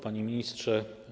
Panie Ministrze!